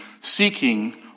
seeking